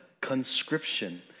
conscription